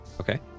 Okay